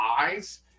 eyes